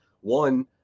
one